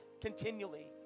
continually